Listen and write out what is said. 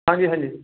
ਹਾਂਜੀ ਹਾਂਜੀ